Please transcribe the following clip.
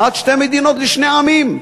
בעד שתי מדינות לשני עמים.